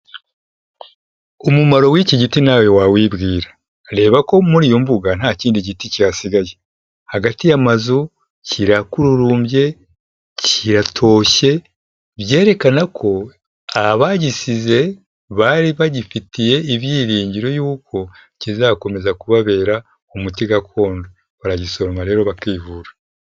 Umumaro w'iki giti nawe wawibwira, reba ko muri iyo mbuga nta kindi giti kihasigaye, hagati y'amazu kirakururumbye kiratoshye byerekana ko abagisize bari bagifitiye ibyiringiro yuko kizakomeza kubabera umuti gakondo, baragisoroma rero bakivura.